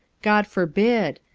god forbid.